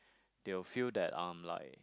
they will feel that I'm like